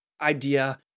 idea